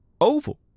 oval